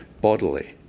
bodily